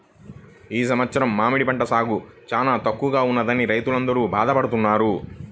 ఈ సంవత్సరం మామిడి పంట సాగు చాలా తక్కువగా ఉన్నదని రైతులందరూ బాధ పడుతున్నారు